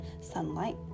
sunlight